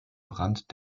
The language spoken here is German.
brandt